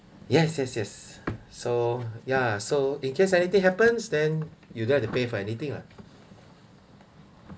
yes yes yes so ya so in case anything happens then you don't have to pay for anything lah